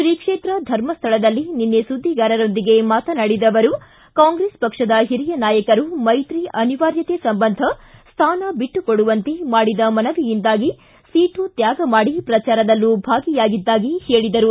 ಶ್ರೀಕ್ಷೇತ್ರ ಧರ್ಮಸ್ಥಳದಲ್ಲಿ ನಿನ್ನೆ ಸುದ್ದಿಗಾರರೊಂದಿಗೆ ಮಾತನಾಡಿದ ಅವರು ಕಾಂಗ್ರೆಸ್ ಪಕ್ಷದ ಹಿರಿಯ ನಾಯಕರು ಮೈತ್ರಿ ಅನಿವಾರ್ಯತೆ ಕಾರಣ ಸ್ಥಾನ ಬಿಟ್ಟು ಕೊಡುವಂತೆ ಮನವಿ ಮಾಡಿದ ಕಾರಣ ಸೀಟು ತ್ವಾಗ ಮಾಡಿ ಪ್ರಚಾರದಲ್ಲೂ ಭಾಗಿಯಾಗಿರುವುದಾಗಿ ಹೇಳಿದರು